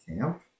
Camp